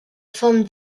forme